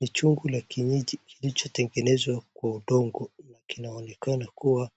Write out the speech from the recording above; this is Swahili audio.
Ni chungu la kienyenji kilicho tengenezwa kwa udongo kinaonekana kuwa